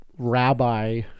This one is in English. rabbi